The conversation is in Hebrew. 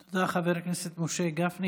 תודה, חבר הכנסת משה גפני.